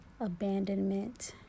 abandonment